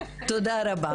תודה רבה.